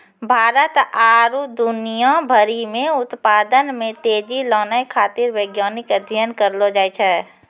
भारत आरु दुनिया भरि मे उत्पादन मे तेजी लानै खातीर वैज्ञानिक अध्ययन करलो जाय छै